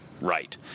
right